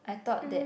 I thought that